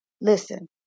listen